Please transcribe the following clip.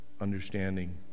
understanding